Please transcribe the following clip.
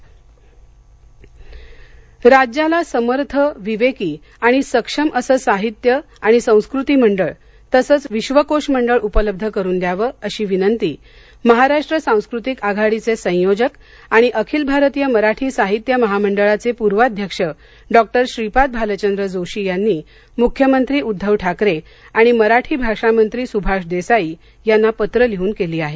साहित्य राज्याला समर्थ विवेकी आणि सक्षम असं साहित्य आणि संस्कृती मंडळ तसंच विश्र्वकोश मंडळ उपलब्ध करून द्यावं अशी विनंती महाराष्ट्र सांस्कृतिक आघाडीचे संयोजक आणि अखिल भारतीय मराठी साहित्य महामंडळाचे पूर्वाध्यक्ष डॉ श्रीपाद भालचंद्र जोशी यांनी मुख्यमंत्री उद्घव ठाकरे आणि मराठी भाषा मंत्री सुभाष देसाई यांना पत्र लिहून केली आहे